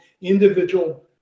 individual